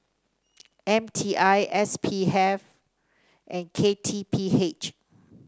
M T I S P F and K T P H